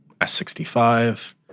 S65